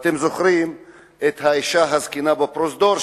ואתם זוכרים את האשה הזקנה בפרוזדור,